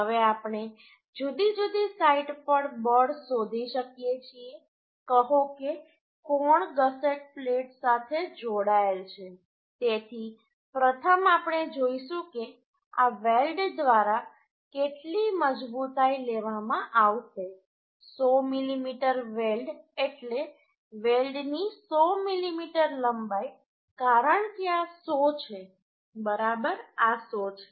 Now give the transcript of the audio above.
હવે આપણે જુદી જુદી સાઇટ પર બળ શોધી શકીએ છીએ કહો કે કોણ ગસેટ પ્લેટ સાથે જોડાયેલ છે તેથી પ્રથમ આપણે જોઈશું કે આ વેલ્ડ દ્વારા કેટલી મજબૂતાઈ લેવામાં આવશે 100 મીમી વેલ્ડ એટલે વેલ્ડની 100 મીમી લંબાઈ કારણ કે આ 100 છે બરાબર આ 100 છે